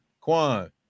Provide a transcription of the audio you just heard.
Kwan